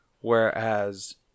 Whereas